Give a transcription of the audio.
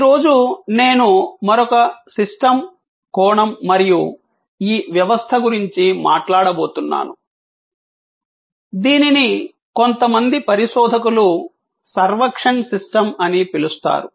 ఈ రోజు నేను మరొక సిస్టమ్ కోణం మరియు ఈ వ్యవస్థ గురించి మాట్లాడబోతున్నాను దీనిని కొంతమంది పరిశోధకులు సర్వక్షన్ సిస్టమ్ అని పిలుస్తారు